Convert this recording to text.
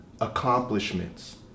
accomplishments